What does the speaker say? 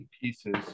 pieces